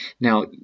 Now